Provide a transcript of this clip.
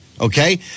Okay